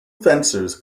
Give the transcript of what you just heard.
fencers